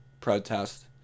protest